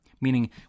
meaning